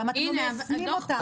למה אתם לא מיישמים אותן.